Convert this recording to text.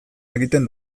egiten